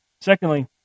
Secondly